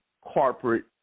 corporate